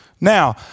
Now